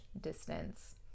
distance